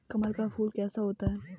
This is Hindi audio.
कमल का फूल कैसा होता है?